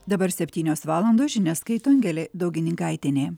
dabar septynios valandos žinias skaito angelė daugininkaitienė